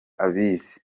abizi